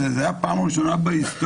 זאת הייתה פעם ראשונה בהיסטוריה.